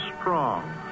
strong